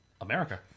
America